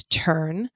turn